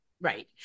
Right